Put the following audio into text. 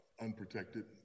unprotected